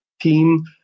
team